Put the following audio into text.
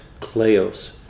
kleos